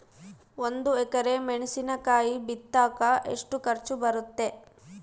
ಒಂದು ಎಕರೆ ಮೆಣಸಿನಕಾಯಿ ಬಿತ್ತಾಕ ಎಷ್ಟು ಖರ್ಚು ಬರುತ್ತೆ?